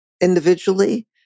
individually